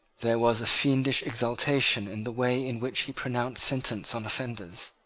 there was a fiendish exultation in the way in which he pronounced sentence on offenders.